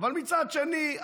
ומצד שני,